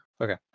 Okay